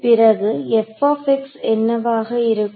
பிறகு என்னவாக இருக்கும்